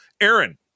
aaron